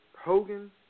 Hogan